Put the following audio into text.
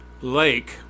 Lake